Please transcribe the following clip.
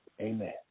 Amen